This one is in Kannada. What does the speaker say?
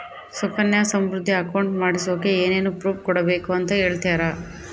ಸುಕನ್ಯಾ ಸಮೃದ್ಧಿ ಅಕೌಂಟ್ ಮಾಡಿಸೋಕೆ ಏನೇನು ಪ್ರೂಫ್ ಕೊಡಬೇಕು ಅಂತ ಹೇಳ್ತೇರಾ?